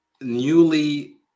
newly